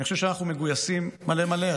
אני חושב שאנחנו מגויסים מלא מלא.